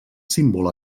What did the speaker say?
símbol